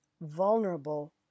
vulnerable